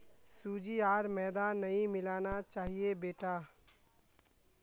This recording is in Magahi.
सूजी आर मैदा नई मिलाना चाहिए बेटा